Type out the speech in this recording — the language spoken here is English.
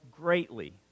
greatly